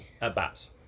At-bats